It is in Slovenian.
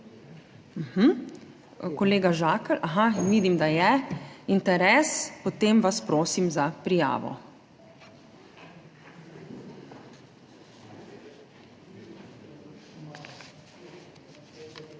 Kolega Žakelj. Vidim, da je interes, potem vas prosim za prijavo.